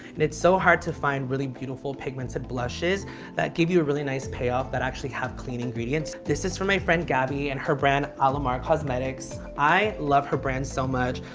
and it's so hard to find really beautiful pigments and blushes that give you a really nice payoff that actually have clean ingredients. this is from my friend gaby and her brand, alamar cosmetics. i love her brand so much.